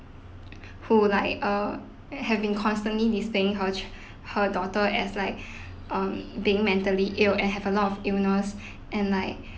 who like err have been constantly distinct her ch~ her daughter as like um being mentally ill and have a lot of illness and like